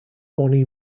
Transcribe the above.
bonnie